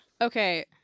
okay